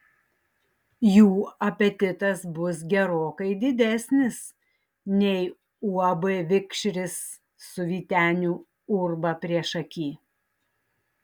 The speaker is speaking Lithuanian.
jų apetitas bus gerokai didesnis nei uab vikšris su vyteniu urba priešaky